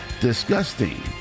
disgusting